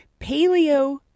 Paleo